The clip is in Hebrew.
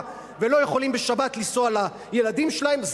ולא יכולים בשבת לנסוע לילדים שלהם,